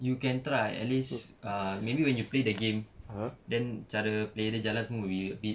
you can try at least ah maybe when you play the game then cara player dia jalan semua will be a bit